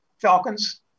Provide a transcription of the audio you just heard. Falcons